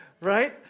right